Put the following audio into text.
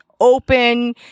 open